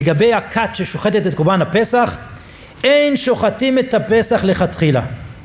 לגבי הקת ששוחטת את קורבן הפסח, אין שוחטים את הפסח לכתחילה